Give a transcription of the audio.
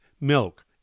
milk